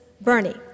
Bernie